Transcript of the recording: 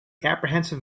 apprehensive